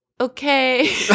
okay